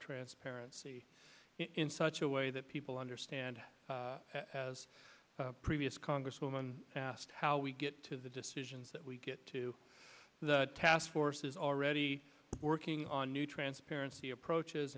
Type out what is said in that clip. transparency in such a way that people understand as previous congresswoman asked how we get to the decisions that we get to the task force is already working on new transparency approaches